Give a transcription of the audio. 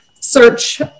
search